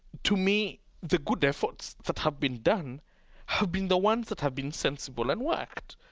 to me the good efforts that have been done have been the ones that have been sensible and worked.